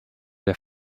der